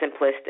simplistic